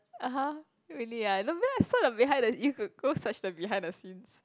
(uh huh) really ah not bad I saw the behind the you could go search the behind the scenes